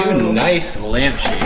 nice lynch.